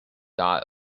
dot